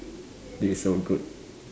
this is so good